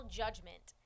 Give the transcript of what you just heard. judgment